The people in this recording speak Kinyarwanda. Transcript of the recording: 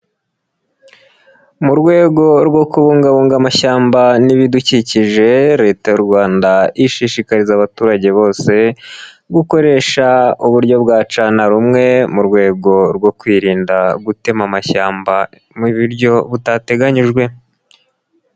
Mu rwego rwo kubungabunga amashyamba n'ibidukikije leta y'u Rwanda ishishikariza abaturage bose gukoresha uburyo bwa cana rumwe mu rwego rwo kwirinda gutema amashyamba mu buryo butateganyijwe.